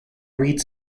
reed